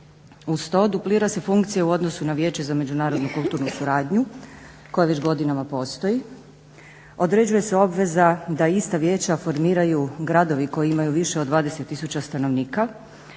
Uz to duplira se funkcija u odnosu na Vijeće za međunarodnu kulturnu suradnju koja već godinama postoji, određuje se obveza da ista vijeća formiraju gradovi koji imaju više od 20000 stanovnika.